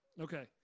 Okay